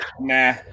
nah